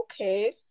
okay